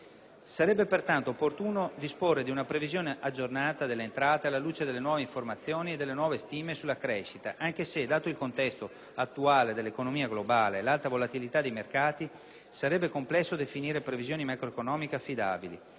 Sarebbe pertanto opportuno disporre di una previsione aggiornata delle entrate, alla luce delle nuove informazioni e delle nuove stime sulla crescita anche se, dato il contesto attuale dell'economia globale e l'alta volatilità dei mercati, sarebbe complesso definire previsioni macroeconomiche affidabili.